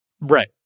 Right